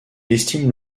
estime